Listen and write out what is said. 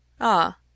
Ah